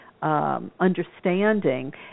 Understanding